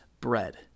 bread